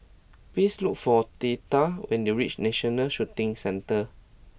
please look for Theda when you reach National Shooting Centre